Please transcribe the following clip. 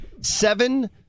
Seven